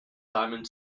diamond